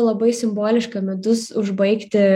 labai simboliška metus užbaigti